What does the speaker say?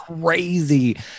crazy